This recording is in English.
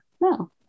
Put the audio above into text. no